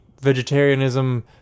vegetarianism